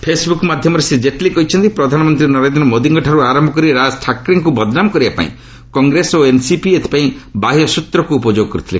Facebook ମାଧ୍ୟମରେ ଶ୍ରୀ କେଟ୍ଲୀ କହିଛନ୍ତି ପ୍ରଧାନମନ୍ତ୍ରୀ ନରେନ୍ଦ୍ର ମେଦିଙ୍କଠାରୁ ଆରମ୍ଭ କରି ରାଜ୍ ଥାକ୍ରେଙ୍କୁ ବଦନାମ କରିବାପାଇଁ କଂଗ୍ରେସ ଓ ଏନ୍ସିପି ଏଥିପାଇଁ ବାହ୍ୟସ୍ତ୍ରକୁ ଉପଯୋଗ କରିଥିଲେ